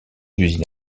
usines